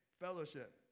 fellowship